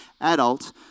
adult